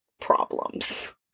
problems